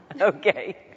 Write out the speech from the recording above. Okay